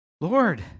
Lord